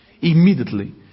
Immediately